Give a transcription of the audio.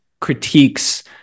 critiques